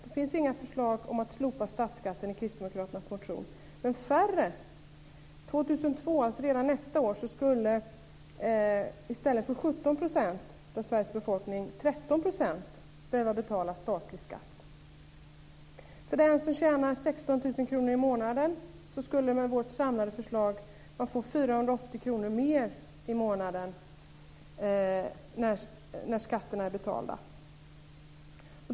Det finns inga förslag om att slopa statsskatten i kristdemokraternas motion. Men det skulle bli färre. 2002, alltså redan nästa år, skulle 13 % av Sveriges befolkning i stället för 17 % behöva betala statlig skatt. Den som tjänar 16 000 kr i månaden skulle med vårt samlade förslag få 480 kr mer i månaden när skatten är betald.